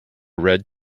red